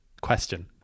question